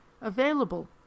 available